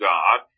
God